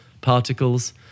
particles